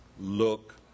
look